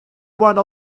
one